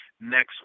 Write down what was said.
next